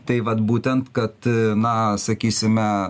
tai vat būtent kad na sakysime